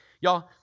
Y'all